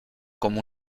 como